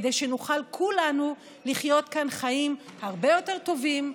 כדי שנוכל כולנו לחיות כאן חיים הרבה יותר טובים,